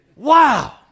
Wow